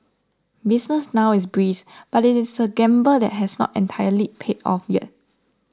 business now is brisk but it is a gamble that has not entirely paid off yet